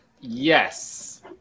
Yes